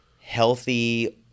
healthy